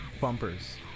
bumpers